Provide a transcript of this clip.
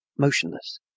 motionless